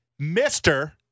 mr